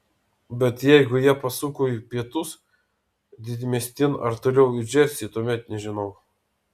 bet jeigu jie pasuko į pietus didmiestin ar toliau į džersį tuomet nežinau